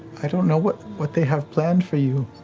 i don't know what what they have planned for you